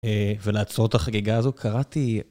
ולעצור את החגיגה הזו קראתי...